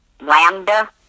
Lambda